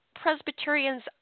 Presbyterians